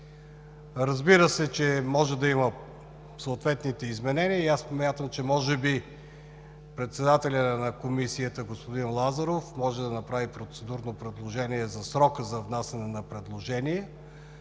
Разбира се, че може да има съответните изменения и аз смятам, че може би председателят на Комисията господин Лазаров може да направи процедурно предложение за срока за внасяне на предложения,